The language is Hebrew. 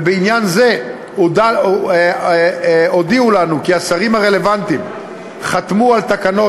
ובעניין זה הודיעו לנו כי השרים הרלוונטיים חתמו על תקנות